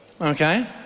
Okay